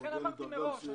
לכן אמרתי מראש,